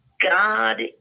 God